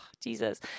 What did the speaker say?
jesus